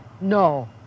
No